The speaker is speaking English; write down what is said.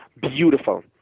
Beautiful